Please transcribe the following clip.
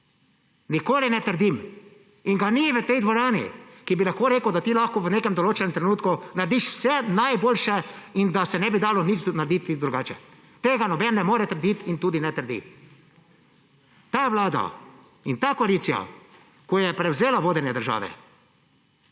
Nikoli ne trdim in ga ni v tej dvorani, ki bi lahko rekel, da ti lahko v nekem določenem trenutku narediš vse najboljše in da se ne bi dalo nič narediti drugače, tega noben ne more trditi in tudi ne trdi. Ta vlada in ta koalicija, ko je prevzela vodenje države,